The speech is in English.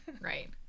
right